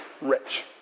rich